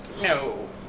no